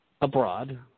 Abroad